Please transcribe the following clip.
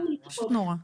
פשוט נורא.